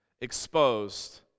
exposed